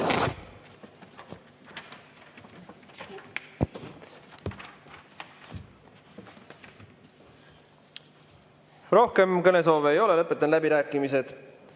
Rohkem kõnesoove ei ole, lõpetan läbirääkimised.